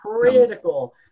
critical